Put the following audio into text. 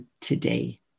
today